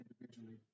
individually